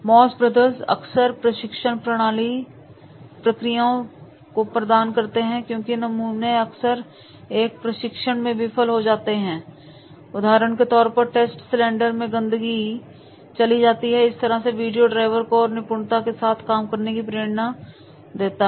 moss Brothers अक्सर प्रशिक्षण प्रक्रियाओं सर प्रदान करते हैं क्योंकि नमूने अक्सर एक परीक्षण में विफल हो जाते हैं उदाहरण के तौर पर टेस्ट सिलेंडर में गंदगी चली जाती है और इस तरह के वीडियो ड्राइवर को और निपुणता के साथ काम करने की प्रेरणा देते हैं